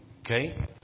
Okay